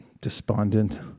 despondent